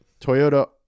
Toyota